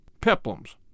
Peplums